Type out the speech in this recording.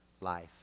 life